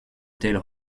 tels